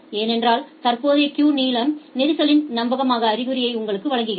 ஏனென்றால் தற்போதைய கியூ நீளம் நெரிசலின் நம்பகமான அறிகுறியை உங்களுக்கு வழங்குகிறது